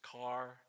car